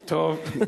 טוב.